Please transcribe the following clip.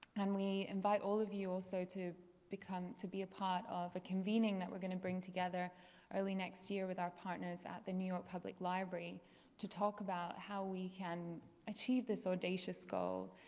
and we invite all of you also to become to be a part of a convening that we're going to bring together early next year with our partners at the new york public library to talk about how we can achieve this audacious goal.